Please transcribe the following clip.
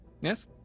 Yes